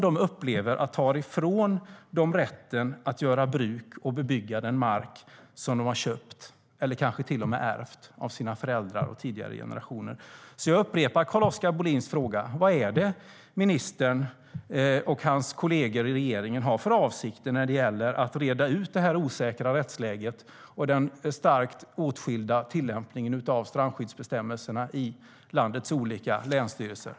De upplever att de tas ifrån rätten att göra bruk av och bebygga den mark som de har köpt eller kanske till och med ärvt av sina föräldrar eller tidigare generationer. Så jag upprepar Carl-Oskar Bohlins fråga: Vad har ministern och hans kolleger i regeringen för avsikter när det gäller att reda ut det osäkra rättsläget och den stora skillnaden i tillämpningen av strandskyddsbestämmelserna i landets olika länsstyrelser?